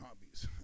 hobbies